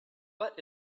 what